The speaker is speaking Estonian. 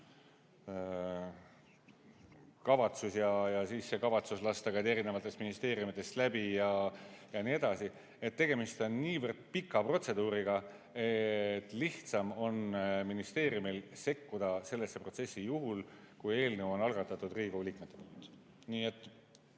kavatsus, ja siis tuleb see kavatsus lasta ka erinevatest ministeeriumidest läbi ja nii edasi, nii et tegemist on niivõrd pika protseduuriga, et lihtsam on ministeeriumil sekkuda sellesse protsessi juhul, kui eelnõu on algatanud Riigikogu liikmed.